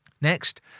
Next